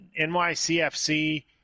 NYCFC